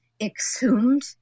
exhumed